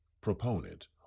proponent